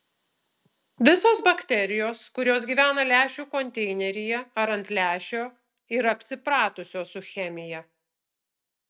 visos bakterijos kurios gyvena lęšių konteineryje ar ant lęšio yra apsipratusios su chemija